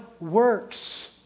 works